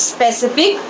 Specific